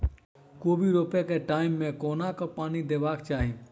कोबी रोपय केँ टायम मे कोना कऽ पानि देबाक चही?